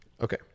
Okay